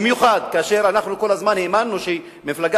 במיוחד כאשר אנחנו כל הזמן האמנו שמפלגה